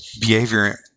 Behavior